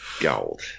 gold